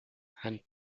and